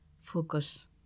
focus